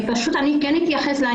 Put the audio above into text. טוב, אני רוצה לחדש את הדיון.